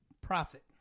profit